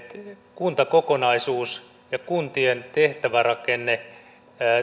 kuntakokonaisuus ja kuntien tehtävärakenne